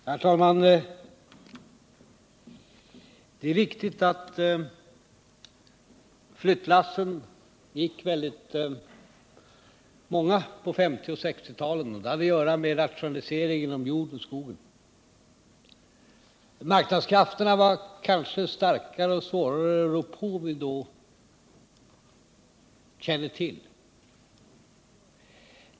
Herr talman! Det är riktigt att väldigt många flyttlass gick på 1950 och 1960-talen. Det hade att göra med rationaliseringarna inom jordoch skogsbruket. Marknadskrafterna var kanske starkare och svårare att rå på än vi då kände till.